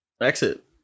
exit